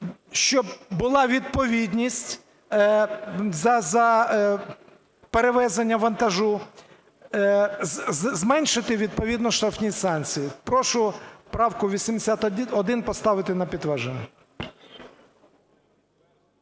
щоб була відповідність за перевезення вантажу, зменшити відповідно штрафні санкції. Прошу правку 81 поставити на підтвердження.